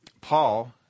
Paul